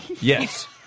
Yes